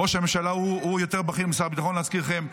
ראש הממשלה הוא יותר בכיר משר הביטחון להזכירכם,